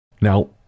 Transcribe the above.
Now